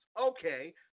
Okay